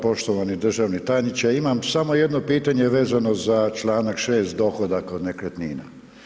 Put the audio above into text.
Poštovani državni tajniče imam samo jedno pitanje vezano za Članak 6. dohodak od nekretnina.